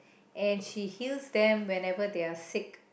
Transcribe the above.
and she heals them whenever she's sick